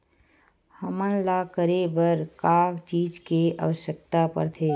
हमन ला करे बर का चीज के आवश्कता परथे?